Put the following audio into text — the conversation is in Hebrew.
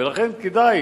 ולכן כדאי